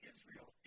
Israel